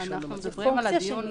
במעצר --- זה פונקציה של מספרים.